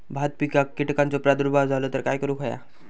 भात पिकांक कीटकांचो प्रादुर्भाव झालो तर काय करूक होया?